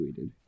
tweeted